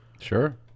Sure